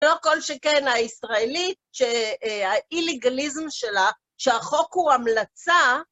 לא כל שכן הישראלית, שהאילגליזם שלה, שהחוק הוא המלצה.